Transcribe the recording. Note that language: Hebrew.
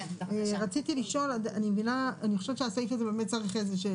אנחנו כבר שנה וחצי במציאות אחרת.